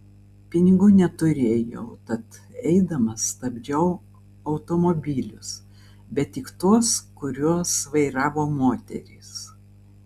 pinigų neturėjau tad eidama stabdžiau automobilius bet tik tuos kuriuos vairavo moterys